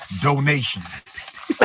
donations